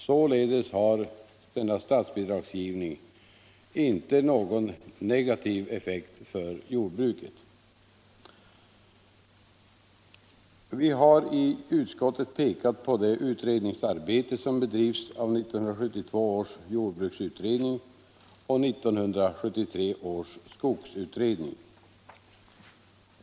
Således har denna statsbidragsgivning inte någon negativ effekt för jordbruket. Vi har i utskottet pekat på det utredningsarbete som bedrivs av 1972 års jordbruksutredning och 1973 års skogsutredning.